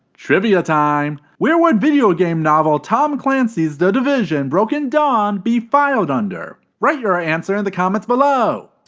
trivia time. where would video game novel, tom clancy's the division broken dawn, be filed under? write your answer in the comments below.